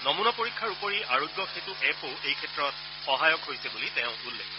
নমুনা পৰীক্ষাৰ উপৰিও আৰোগ্য সেতু এপৱো এই ক্ষেত্ৰত যথেষ্ট সহায়ক হৈছে বুলিও তেওঁ উল্লেখ কৰে